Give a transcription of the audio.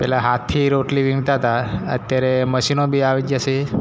પહેલાં હાથથી રોટલી વિણતા હતા અત્યારે મશીનો બી આવી ગયા છે